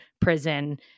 prison